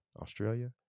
Australia